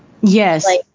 Yes